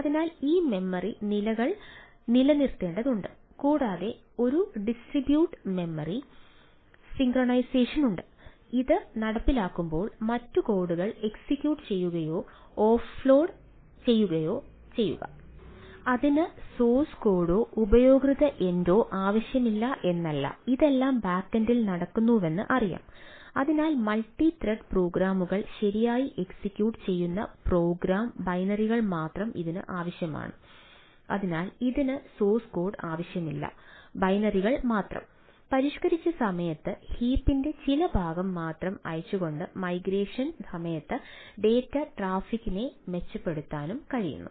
അതിനാൽ ഈ മെമ്മറി ട്രാഫിക്കിനെ മെച്ചപ്പെടുത്താനും കഴിയും